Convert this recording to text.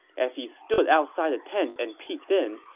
as he stood outside the tent and peeked in,